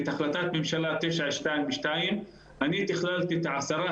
את החלטת ממשלה 922. תכללתי את עשרת